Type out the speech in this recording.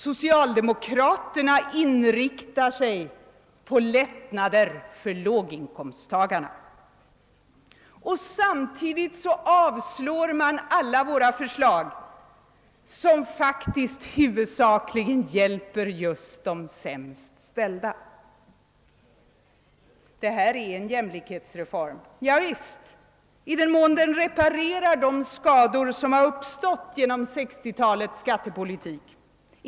Socialdemokraterna inriktar sig på lättnader för låginkomsttagarna, och samtidigt avslår de alla våra förslag, som faktiskt huvudsakligen skulle hjälpa just de sämst ställda. Det här är en jämlikhetsreform. Ja visst, i den mån den reparerar de skador som har uppstått genom 1960-talets skattepolitik.